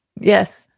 yes